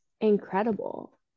incredible